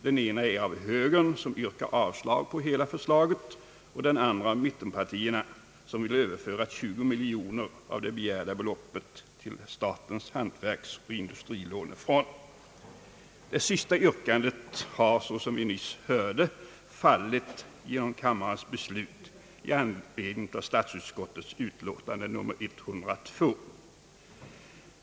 Den ena är av högern, som yrkar avslag på hela förslaget, och den andra är av mittenpartierna, som vill överföra 20 miljoner av det begärda beloppet till statens hantverksoch industrilånefond. Det sistnämnda yrkandet har, såsom vi nyss hörde, fallit genom kammarens beslut i anledning av statsutskottets utlåtande nr 102.